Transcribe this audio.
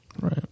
Right